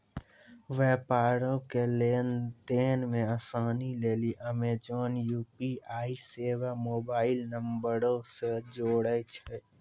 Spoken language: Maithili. व्यापारो के लेन देन मे असानी लेली अमेजन यू.पी.आई सेबा मोबाइल नंबरो से जोड़ै छै